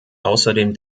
außerdem